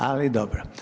Ali dobro.